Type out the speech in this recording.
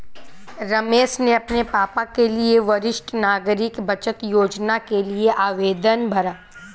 रमेश ने अपने पापा के लिए वरिष्ठ नागरिक बचत योजना के लिए आवेदन भरा